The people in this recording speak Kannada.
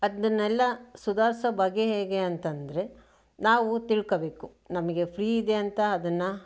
ಅದನ್ನೆಲ್ಲ ಸುಧಾರಿಸೋ ಬಗೆ ಹೇಗೆ ಅಂತಂದರೆ ನಾವು ತಿಳ್ಕೋಬೇಕು ನಮಗೆ ಫ್ರೀ ಇದೆ ಅಂತ ಅದನ್ನು